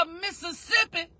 Mississippi